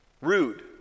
Rude